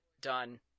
done